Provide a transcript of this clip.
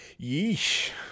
yeesh